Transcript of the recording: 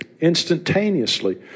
instantaneously